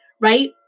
right